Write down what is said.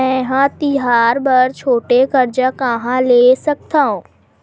मेंहा तिहार बर छोटे कर्जा कहाँ ले सकथव?